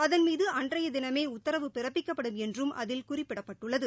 அதன் மீதுஅன்றையதினமேஉத்தரவு பிறப்பிக்கப்படும் என்றும் அதில் குறிப்பிடப்பட்டுள்ளது